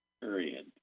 period